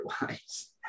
otherwise